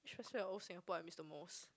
which part of old Singapore I miss the most